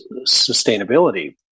sustainability